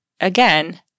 Again